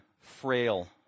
frail